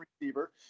receiver